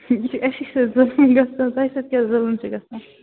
یہِ چھُ أسۍ سٍتۍ ظُلُم وُنۍ گژھنو تۄہہِ سۭتۍ کیٛاہ ظُلم چھُ گَژھان